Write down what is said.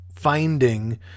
finding